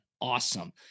awesome